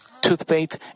toothpaste